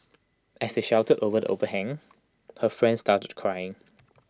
as they sheltered over the overhang her friend started crying